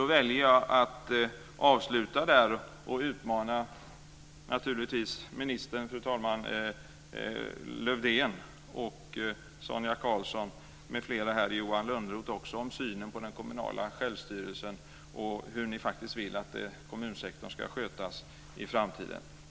Då väljer jag att avsluta där, fru talman, och utmana minister Lövdén, Sonia Karlsson, Johan Lönnroth m.fl. om synen på den kommunala självstyrelsen och hur ni faktiskt vill att kommunsektorn ska skötas i framtiden.